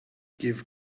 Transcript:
give